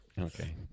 okay